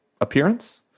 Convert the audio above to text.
appearance